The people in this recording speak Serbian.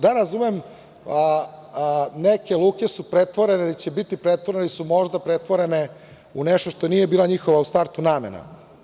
Da, razumem neke luke su pretvorene, ili će biti pretvorene, ili su možda pretvorene u nešto što nije bila njihova, u startu namena.